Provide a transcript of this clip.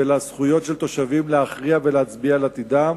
ולזכויות של תושבים להכריע ולהצביע על עתידם.